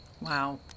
Wow